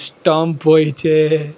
stump હોય છે